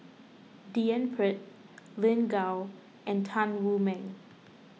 D N Pritt Lin Gao and Tan Wu Meng